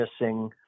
missing